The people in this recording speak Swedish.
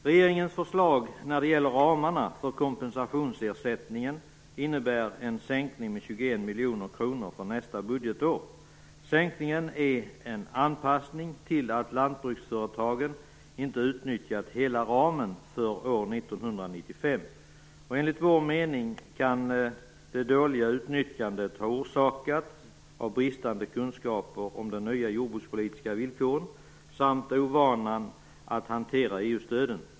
Regeringens förslag när det gäller ramarna för kompensationsersättningen innebär en sänkning med 21 miljoner kronor för nästa budgetår. Sänkningen är en anpassning till att lantbruksföretagen inte utnyttjat hela ramen för år 1995. Enligt vår mening kan det dåliga utnyttjandet ha orsakats av bristande kunskaper om de nya jordbrukspolitiska villkoren samt ovanan att hantera EU-stöden.